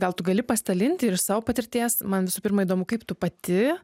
gal tu gali pasidalinti ir iš savo patirties man visų pirma įdomu kaip tu pati